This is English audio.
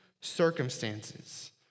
circumstances